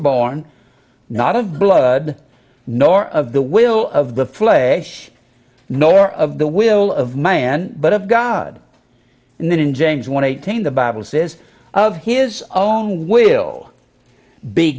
born not of blood nor of the will of the flesh nor of the will of man but of god and then in james one eighteen the bible says of his own will